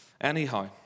Anyhow